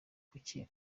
kuki